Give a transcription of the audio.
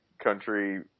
country